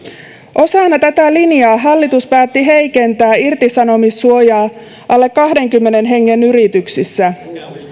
osana tätä linjaa hallitus päätti heikentää irtisanomissuojaa alle kahdenkymmenen hengen yrityksissä